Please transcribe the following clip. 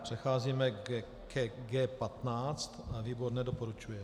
Přecházíme ke G15 a výbor nedoporučuje.